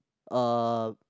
a